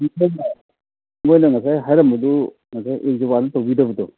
ꯃꯣꯏꯅ ꯉꯁꯥꯏ ꯍꯥꯏꯔꯝꯕꯗꯨ ꯉꯁꯥꯏ ꯑꯦꯛ ꯖꯣꯕꯥꯟꯗꯨ ꯇꯧꯕꯤꯗꯕꯗꯣ